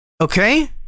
Okay